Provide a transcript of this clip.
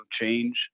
change